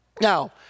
Now